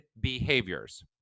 behaviors